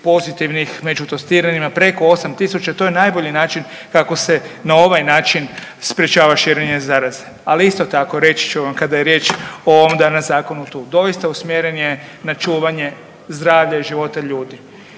pozitivnih među testiranima preko 8.000 to je najbolji način kako se na ovaj način sprečava širenje zaraze. Ali isto tako reći ću vam kada je riječ o ovom danas zakonu tu, doista usmjeren je na čuvanje zdravlja i života ljudi